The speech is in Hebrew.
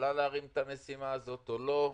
יכולה להרים את המשימה הזאת או לא.